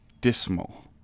Dismal